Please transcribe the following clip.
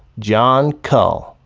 jon kull.